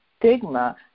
stigma